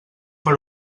per